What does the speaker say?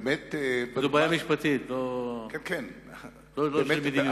זאת בעיה משפטית, לא של מדיניות.